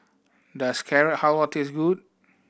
does Carrot Halwa taste good